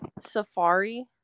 safari